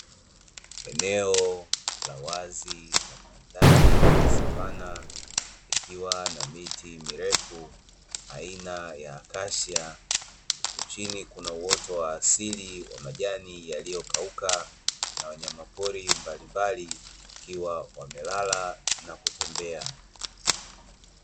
Eneo la wazi ya aina ya savana llikiwa na miti mirefu aina ya kashia chini kuna uoto wa asili yakiwa yame kauka kukiwa na wanyamapori wakiwa wamelala wengine wakitembea